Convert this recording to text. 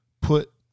Put